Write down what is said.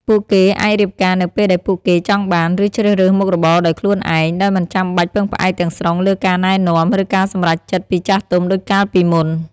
ពួកគេអាចរៀបការនៅពេលដែលពួកគេចង់បាន ឬជ្រើសរើសមុខរបរដោយខ្លួនឯង ដោយមិនចាំបាច់ពឹងផ្អែកទាំងស្រុងលើការណែនាំ ឬការសម្រេចចិត្តពីចាស់ទុំដូចកាលពីមុន។